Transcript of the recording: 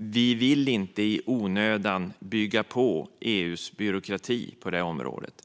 Vi vill inte i onödan bygga på EU:s byråkrati på det området.